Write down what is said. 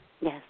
Yes